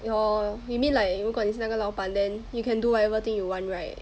oh maybe like 如果你是那个老板 then you can do whatever thing you want right